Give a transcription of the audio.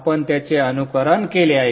आपण त्याचे अनुकरण केले आहे